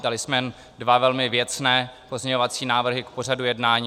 Dali jsme dva velmi věcné pozměňovací návrhy k pořadu jednání.